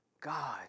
God